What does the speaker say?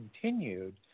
continued